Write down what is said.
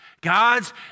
God's